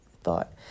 thought